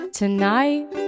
tonight